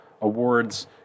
awards